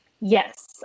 yes